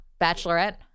Bachelorette